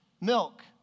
milk